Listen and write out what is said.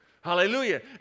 Hallelujah